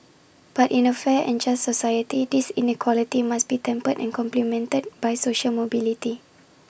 but in A fair and just society this inequality must be tempered and complemented by social mobility